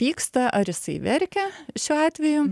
pyksta ar jisai verkia šiuo atveju